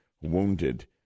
wounded